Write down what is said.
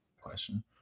question